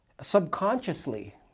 subconsciously